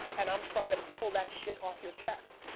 and i'm trying to pull that shit off your chest.